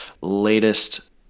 latest